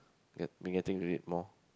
yup be getting red more